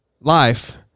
life